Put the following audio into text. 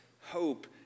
hope